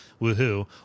woohoo